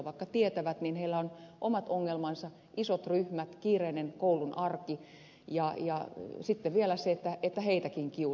vaikka tietävät niin heillä on omat ongelmansa isot ryhmät kiireinen koulun arki ja sitten vielä se että heitäkin kiusataan